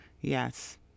Yes